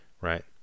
right